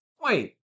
Wait